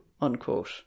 unquote